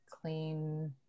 clean